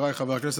חבריי חברי הכנסת,